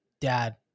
dad